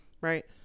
right